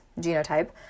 genotype